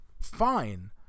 fine